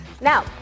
Now